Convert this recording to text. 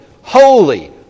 holy